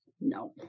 No